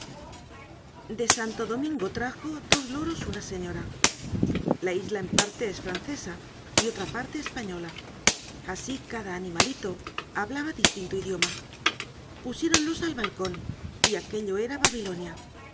de santo domingo trajo dos loros una señora la isla en parte es francesa y otra parte española así cada animalito hablaba distinto idioma pusiéronlos al balcón y aquello era babilonia